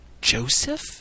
Joseph